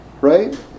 Right